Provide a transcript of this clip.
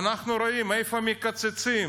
ואנחנו רואים איפה מקצצים: